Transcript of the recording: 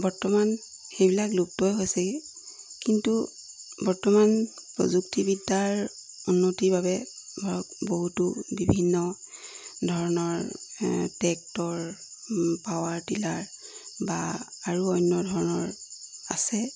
বৰ্তমান সেইবিলাক লুপ্তই হৈছেগৈ কিন্তু বৰ্তমান প্ৰযুক্তিবিদ্যাৰ উন্নতিৰ বাবে ধৰক বহুতো বিভিন্ন ধৰণৰ টেক্টৰ পাৱাৰ টিলাৰ বা আৰু অন্য ধৰণৰ আছে